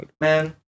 Man